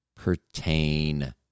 Pertain